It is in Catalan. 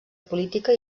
política